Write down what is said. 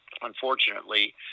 Unfortunately